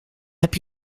heb